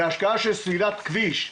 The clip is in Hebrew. בהשקעה של סלילת כביש,